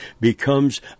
becomes